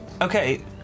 Okay